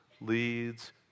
leads